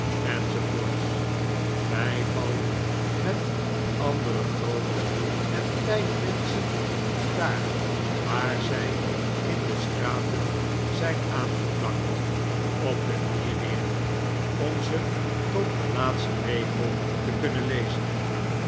enz wij vallen met andere groote en kleine menschen daar waar zij in de straten zijn aangeplakt op de knieen neer om ze tot den laatsten regel te kunnen lezen